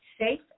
Safe